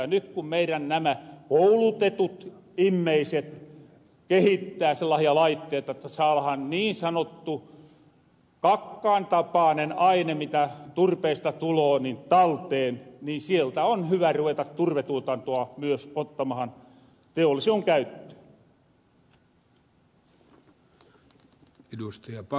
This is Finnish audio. nyt kun meirän nämä koulutetut immeiset kehittää sellasia laitteita jotta saadahan talteen niin sanottu kakkaan tapaanen aine mitä turpeesta tuloo niin sieltä on hyvä ruveta turvetuotantoa myös ottamahan teolliseen käyttöön